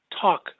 talk